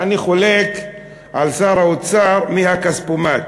ואני חולק על שר האוצר מי הכספומט.